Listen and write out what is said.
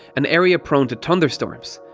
an area prone to thunderstorms.